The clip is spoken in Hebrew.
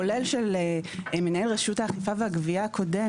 כולל של מנהל רשות האכיפה והגבייה הקודם,